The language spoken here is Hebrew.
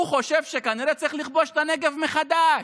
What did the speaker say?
הוא חושב שכנראה צריך לכבוש את הנגב מחדש.